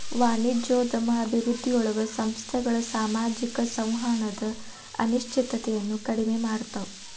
ವಾಣಿಜ್ಯೋದ್ಯಮ ಅಭಿವೃದ್ಧಿಯೊಳಗ ಸಂಸ್ಥೆಗಳ ಸಾಮಾಜಿಕ ಸಂವಹನದ ಅನಿಶ್ಚಿತತೆಯನ್ನ ಕಡಿಮೆ ಮಾಡ್ತವಾ